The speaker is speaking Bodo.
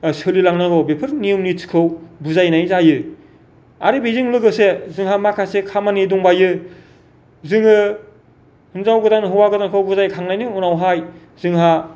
सोलिलांनांगौ बेफोर नियम निथिखौ बुजायनाय जायो आरो बेजों लोगोसे जोंहा माखासे खामानि दंबावो जोङो हिनजाव गोदान हौआ गोदानखौ बुजायखांनायनि उनावहाय जोंहा